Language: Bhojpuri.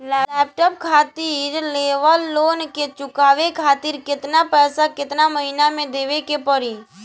लैपटाप खातिर लेवल लोन के चुकावे खातिर केतना पैसा केतना महिना मे देवे के पड़ी?